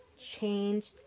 changed